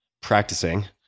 practicing